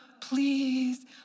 Please